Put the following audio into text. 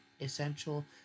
essential